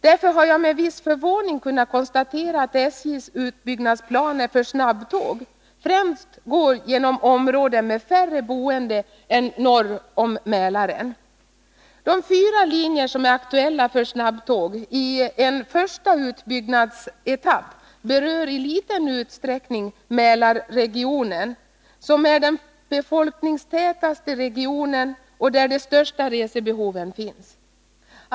Därför har jag med viss förvåning kunnat konstatera att SJ:s utbyggnadsplaner när det gäller snabbtåg innebär att tågen främst kommer att gå genom områden med färre boende än som är fallet norr om Mälaren. De fyra linjer som är aktuella för snabbtåg i en första utbyggnadsetapp berör i liten utsträckning Mälarregionen, som är den befolkningstätaste regionen och där de största resebehoven finns.